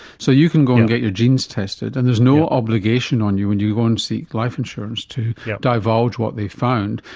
so you can go and get your genes tested and there's no obligation on you and when you go and seek life insurance to yeah divulge what they've found.